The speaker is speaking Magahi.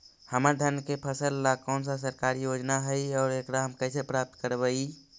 हमर धान के फ़सल ला कौन सा सरकारी योजना हई और एकरा हम कैसे प्राप्त करबई?